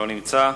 לא נמצא.